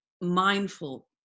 mindful